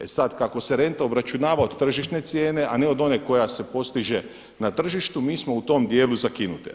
E sada kada se renta obračunava od tržišne cijene a na od one koja se postiže na tržištu mi smo u tom dijelu zakinute.